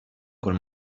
col